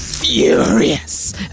Furious